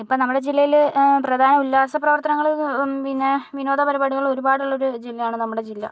ഇപ്പം നമ്മുടെ ജില്ലയില് പ്രധാന ഉല്ലാസ പ്രവർത്തനങ്ങള് പിന്നെ വിനോദ പരിപാടികൾ ഒരുപാട് ഉള്ളൊരു ജില്ലയാണ് നമ്മുടെ ജില്ല